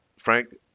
Frank